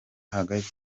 hagati